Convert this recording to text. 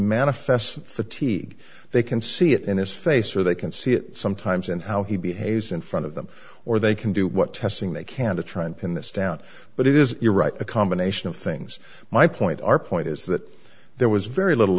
amana fest fatigue they can see it in his face or they can see it sometimes and how he behaves in front of them or they can do what testing they can to try and pin this down but it is you're right a combination of things my point our point is that there was very little